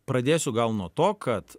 pradėsiu gal nuo to kad